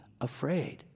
afraid